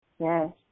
Yes